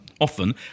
often